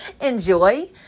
enjoy